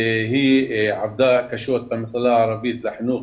והיא עבדה קשה במכללה הערבית לחינוך